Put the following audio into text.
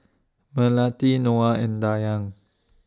Melati Noah and Dayang